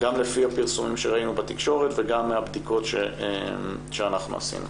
גם לפי הפרסומים שראינו בתקשורת וגם מהבדיקות שאנחנו עשינו.